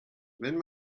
wenn